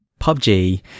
PUBG